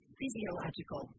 physiological